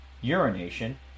urination